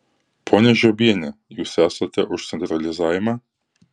ponia žiobiene jūs esate už centralizavimą